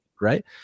right